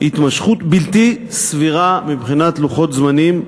התמשכות בלתי סבירה, מבחינת לוחות זמנים,